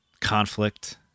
conflict